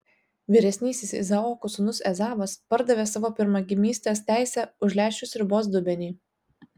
vyresnysis izaoko sūnus ezavas pardavė savo pirmagimystės teisę už lęšių sriubos dubenį